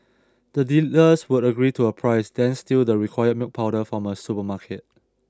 the dealers would agree to a price then steal the required milk powder from a supermarket